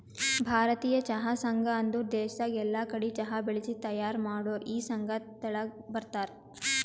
ಭಾರತೀಯ ಚಹಾ ಸಂಘ ಅಂದುರ್ ದೇಶದಾಗ್ ಎಲ್ಲಾ ಕಡಿ ಚಹಾ ಬೆಳಿಸಿ ತೈಯಾರ್ ಮಾಡೋರ್ ಈ ಸಂಘ ತೆಳಗ ಬರ್ತಾರ್